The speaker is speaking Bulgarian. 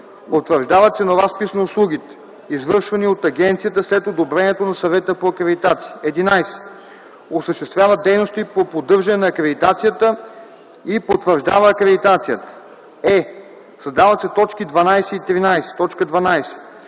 утвърждава ценоразпис на услугите, извършвани от агенцията, след одобрението на Съвета по акредитация; 11. осъществява дейности по поддържане на акредитацията и потвърждава акредитацията;”; е) създават се т. 12 и 13: